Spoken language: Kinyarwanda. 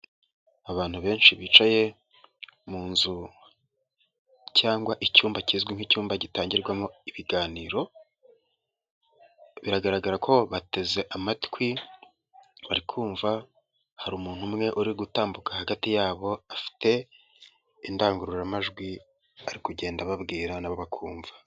Abantu benshi bicaye mu nzu cyangwa icyumba kizwi nk'icyumba gitangirwamo ibiganiro, biragaragara ko bateze amatwi barikumva, hari umuntu umwe uri gutambuka hagati yabo afite indangururamajwi ari kugenda ababwira nabo bakumva.